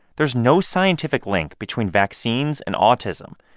there's no scientific link between vaccines and autism,